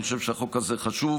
אני חושב שהחוק הזה חשוב.